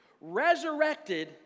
resurrected